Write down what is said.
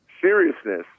seriousness